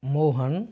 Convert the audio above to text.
Mohan